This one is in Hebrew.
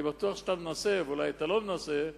אני בטוח שאתה מנסה, ואולי אתה לא מנסה,